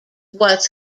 was